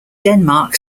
denmark